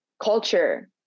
culture